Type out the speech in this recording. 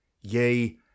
yea